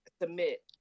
submit